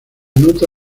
nota